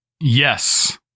Yes